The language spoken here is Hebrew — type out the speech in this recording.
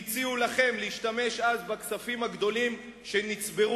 והציעו לכם להשתמש אז בכספים הגדולים שנצברו